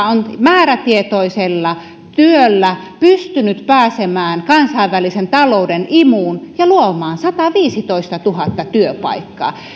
on määrätietoisella työllä pystynyt pääsemään kansainvälisen talouden imuun ja luomaan sataviisitoistatuhatta työpaikkaa